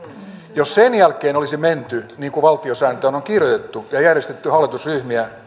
jos sen jälkeen olisi menty niin kuin valtiosääntöön on kirjoitettu ja järjestetty hallitusryhmien ja